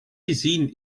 gezien